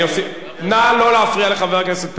נא לא להפריע לחבר הכנסת פרץ.